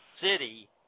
city